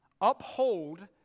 uphold